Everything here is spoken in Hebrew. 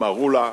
מַרוּלה,